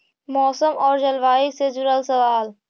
मौसम और जलवायु से जुड़ल सवाल?